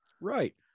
right